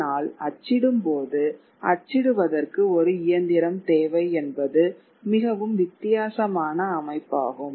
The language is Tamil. ஆனால் அச்சிடும் போது அச்சிடுவதற்கு ஒரு இயந்திரம் தேவை என்பது மிகவும் வித்தியாசமான அமைப்பாகும்